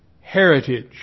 heritage